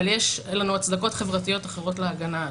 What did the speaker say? אבל יש לנו הצדקות חברתיות אחרות להגנה עליה.